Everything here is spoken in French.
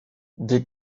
des